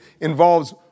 involves